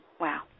Wow